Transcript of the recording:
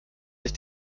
sich